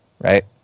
right